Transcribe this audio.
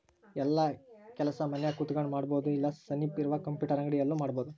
ಯೆಲ್ಲ ಕೆಲಸ ಮನ್ಯಾಗ ಕುಂತಕೊಂಡ್ ಮಾಡಬೊದು ಇಲ್ಲ ಸನಿಪ್ ಇರ ಕಂಪ್ಯೂಟರ್ ಅಂಗಡಿ ಅಲ್ಲು ಮಾಡ್ಬೋದು